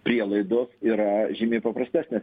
prielaidos yra žymiai paprastesnės